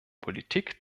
politik